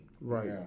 right